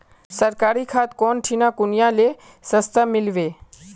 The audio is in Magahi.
सरकारी खाद कौन ठिना कुनियाँ ले सस्ता मीलवे?